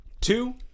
two